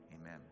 Amen